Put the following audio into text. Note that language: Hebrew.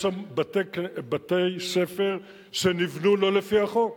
יש שם בתי-ספר שנבנו לא לפי החוק,